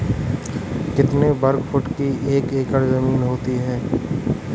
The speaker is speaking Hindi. कितने वर्ग फुट की एक एकड़ ज़मीन होती है?